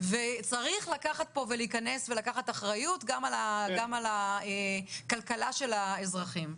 וצריך לקחת אחריות גם על הכלכלה של האזרחים.